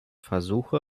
versuche